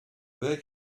their